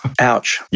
Ouch